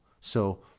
So-